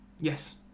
Yes